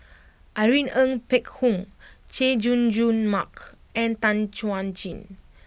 Irene Ng Phek Hoong Chay Jung Jun Mark and Tan Chuan Jin